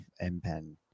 M-Pen